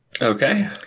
Okay